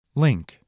link